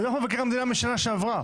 זה דוח מבקר המדינה משנה שעברה.